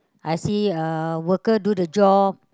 I see uh worker do the job